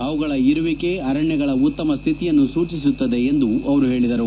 ಅವುಗಳ ಇರುವಿಕೆ ಅರಣ್ಯಗಳ ಉತ್ತಮ ಸ್ಥಿತಿಯನ್ನು ಸೂಚಿಸುತ್ತದೆ ಎಂದು ಹೇಳಿದರು